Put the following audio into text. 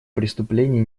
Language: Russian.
преступлений